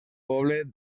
poble